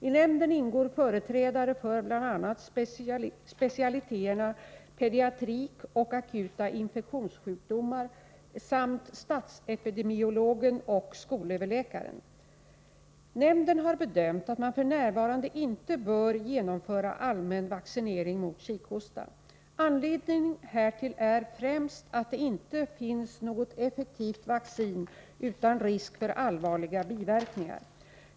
I nämnden ingår företrädare för bl.a. specialiteterna pediatrik och akuta infektionssjukdomar samt statsepidemiologen och skolöverläkaren. Nämnden har bedömt att man f.n. inte bör genomföra allmän vaccinering mot kikhosta. Anledningen härtill är främst att det inte finns något effektivt vaccin utan risk för allvarliga biverkningar.